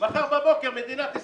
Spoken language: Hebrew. מחר בבוקר מדינת ישראל,